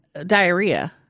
diarrhea